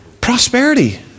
Prosperity